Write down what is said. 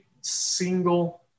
single